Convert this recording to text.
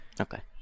Okay